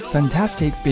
Fantastic